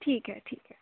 ٹھیک ہے ٹھیک ہے